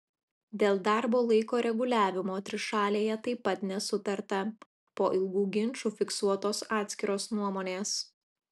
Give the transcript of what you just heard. dėl darbo laiko reguliavimo trišalėje taip pat nesutarta po ilgų ginčų fiksuotos atskiros nuomonės